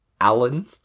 Alan